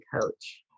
coach